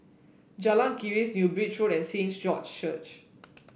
Jalan Keris New Bridge Road and Saint George's Church